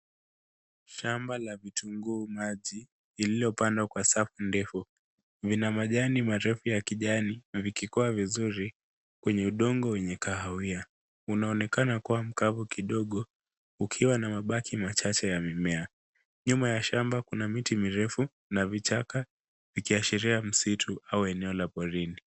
Shamba la vitunguu maji lililopandwa kwa safu ndefu. Vina majani marefu ya kijani na vikikua vizuri kwenye udongo wenye kahawia. Unaonekana kuwa mkavu kidogo ukiwa na mabaki machache ya mimea. Nyuma ya shamba kuna miti mirefu na vichaka vikiashiria msitu au eneo la porini.